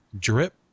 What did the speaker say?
drip